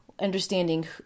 understanding